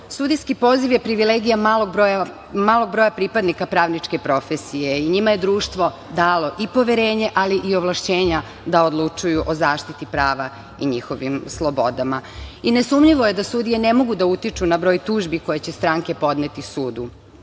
sudijski poziv je privilegija malog broja pripadnika pravničke profesije i njima je društvo dalo i poverenje, ali i ovlašćenja da odlučuju o zaštiti prava i njihovim slobodama. Nesumnjivo je da sudije ne mogu da utiču na broj tužbi koje će stranke podneti sudu.